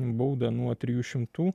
baudą nuo trijų šimtų